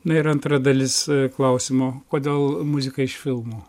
na ir antra dalis klausimo kodėl muzika iš filmo